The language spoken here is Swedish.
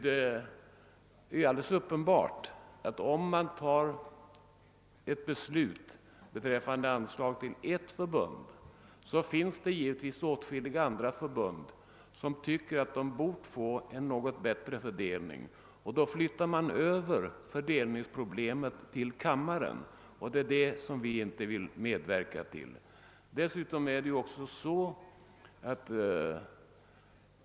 Det är alldeles uppenbart att om vi beslutar om anslag till ett förbund, tycker åtskilliga andra förbund att de borde ha fått en bättre tilldelning. Då flyttar vi över fördelningsproblemet till riksdagen, och det vill vi inte medverka till.